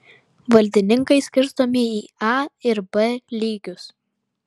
valdininkai skirstomi į a ir b lygius